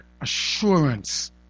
assurance